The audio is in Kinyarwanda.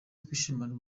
twishimane